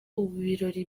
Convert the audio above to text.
ibirori